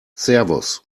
servus